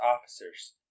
officers